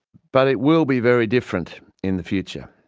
but it will be very different in the future.